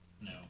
No